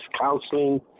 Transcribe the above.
counseling